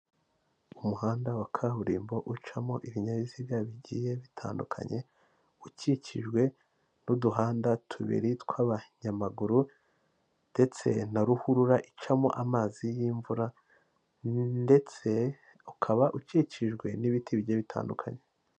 Umuhanda wa kaburimbo ucamo ibinyabiziga bigiye bitandukanye, ukikijwe n'uduhanda tubiri tw'abanyamaguru, ndetse na ruhurura icamo amazi y'imvura, ndetse ukaba ukikijwe n'ibiti bigiye bitandukanye.